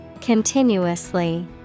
Continuously